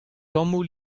tammoù